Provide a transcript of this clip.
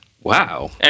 Wow